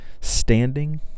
standing